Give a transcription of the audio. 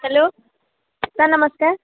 hello sir ନମସ୍କାର୍